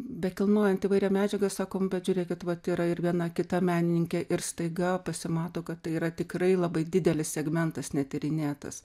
bekilnojant įvairią medžiagą sakom bet žiūrėkit kad vat yra ir viena kita menininkė ir staiga pasimato kad tai yra tikrai labai didelis segmentas netyrinėtas